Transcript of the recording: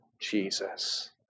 Jesus